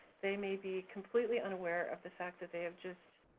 they may be completely unaware of the fact that they have just